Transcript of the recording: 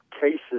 cases